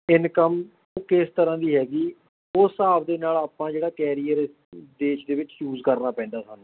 income ਕਿਸ ਤਰਾਂ ਦੀ ਹੈਗੀ ਉਸ ਹਿਸਾਬ ਦੇ ਨਾਲ ਆਪਾਂ ਜਿਹੜਾ ਕੈਰੀਅਰ ਦੇਸ਼ ਦੇ ਵਿੱਚ ਚੂਜ ਕਰਨਾ ਪੈਂਦਾ ਸਾਨੂੰ